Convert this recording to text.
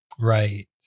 Right